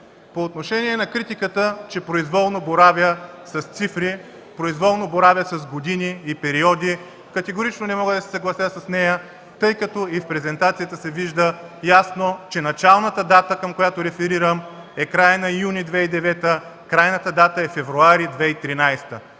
По отношение на критиката, че произволно боравя с цифри, години и периоди. Категорично не мога да се съглася с нея, тъй като и в презентацията се вижда ясно, че началната дата, към която реферирам, е краят на месец юни 2009 г., крайната дата е месец февруари 2013